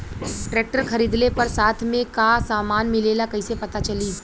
Tractor खरीदले पर साथ में का समान मिलेला कईसे पता चली?